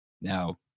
Now